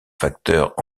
facteurs